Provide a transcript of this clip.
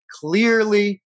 clearly